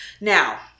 Now